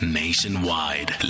nationwide